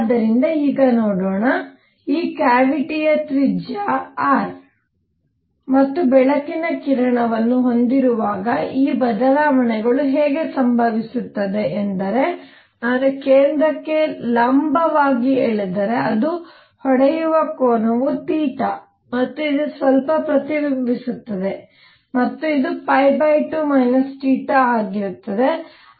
ಆದ್ದರಿಂದ ಈಗ ನೋಡೋಣ ಈ ಕ್ಯಾವಿಟಿಯ ತ್ರಿಜ್ಯ r ಮತ್ತು ಬೆಳಕಿನ ಕಿರಣವನ್ನು ಹೊಂದಿರುವಾಗ ಈ ಬದಲಾವಣೆಗಳು ಹೇಗೆ ಸಂಭವಿಸುತ್ತವೆ ಎಂದರೆ ನಾನು ಕೇಂದ್ರಕ್ಕೆ ಲಂಬವಾಗಿ ಎಳೆದರೆ ಅದು ಹೊಡೆಯುವ ಕೋನವು ಥೀಟಾ ಮತ್ತು ಇದು ಸ್ವಲ್ಪ ಪ್ರತಿಬಿಂಬಿಸುತ್ತದೆ ಮತ್ತು ಇದು 2 θ ಆಗಿರುತ್ತದೆ